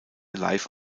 live